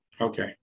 okay